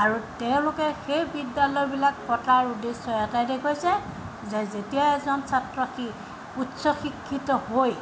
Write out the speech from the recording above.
আৰু তেওঁলোকে সেই বিদ্যালয়বিলাক পতাৰ উদ্দেশ্য এটাইদে কৈছে যে যেতিয়া এজন ছাত্ৰ কি উচ্চ শিক্ষিত হৈ